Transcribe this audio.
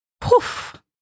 poof